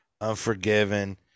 Unforgiven